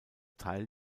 teil